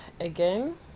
again